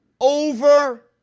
over